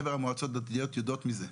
חבר המועצות הדתיות יודעות מזה.